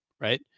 right